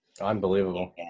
Unbelievable